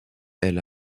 elle